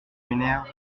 m’énerve